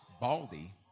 Baldy